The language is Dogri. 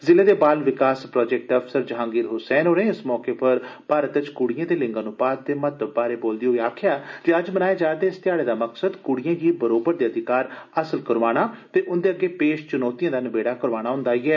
जिले दे बाल विकास प्रोजेक्ट अफसर जहांगीर ह्सैन होरें इस मौके पर भारत च क्ड़िएं दे लिंग अनुपात दे महत्व बारै बोलदे होई आखेआ जे अज्ज मनाए जा'रदे इस ध्याड़े दा मकसद क्ड़िएं गी बरोबर दे अधिकार हासल करोआना ते उंदे अग्गे पेश चुनौतिएं दा नबेड़ा करोआना हूंदा ऐ